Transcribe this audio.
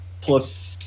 Plus